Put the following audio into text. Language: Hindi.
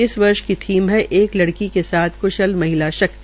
इस वर्ष की थीम है एक लड़की के साथ्ज्ञ कुशल महिला शक्ति